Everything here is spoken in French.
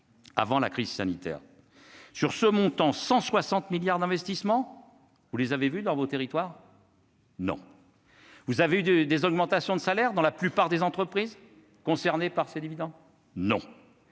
Avant la crise sanitaire sur ce montant 160 milliards d'investissements, vous les avez vus dans vos territoires. Non, vous avez eu des augmentations de salaires dans la plupart des entreprises concernées par ces évident non